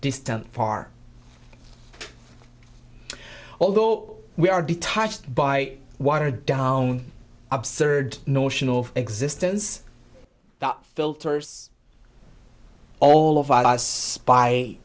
distant far although we are be touched by watered down absurd notion of existence that filters all of us by